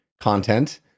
content